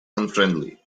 unfriendly